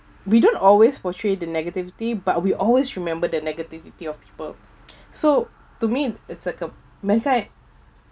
we don't always portray the negativity but we always remembered the negativity of people so to me it's like a mankind